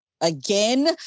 again